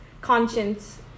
conscience